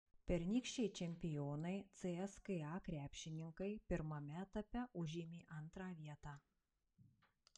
pernykščiai čempionai cska krepšininkai pirmame etape užėmė antrą vietą